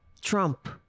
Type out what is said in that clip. Trump